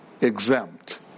Exempt